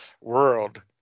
world